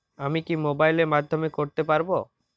আমি কি মোবাইলের মাধ্যমে করতে পারব?